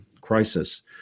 crisis